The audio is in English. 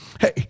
Hey